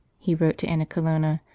he wrote to anna colonna,